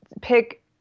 pick